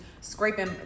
scraping